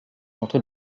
contre